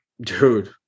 Dude